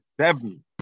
seven